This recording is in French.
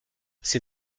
ses